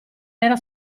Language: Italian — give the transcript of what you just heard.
era